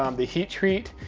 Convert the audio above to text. um the heat treat,